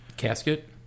casket